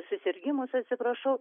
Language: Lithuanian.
susirgimus atsiprašau